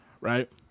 Right